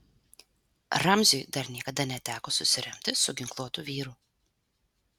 ramziui dar niekada neteko susiremti su ginkluotu vyru